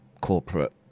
corporate